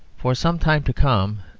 for some time to come,